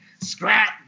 scrap